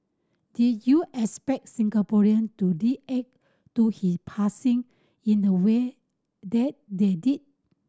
did you expect Singaporean to react to his passing in the way that they did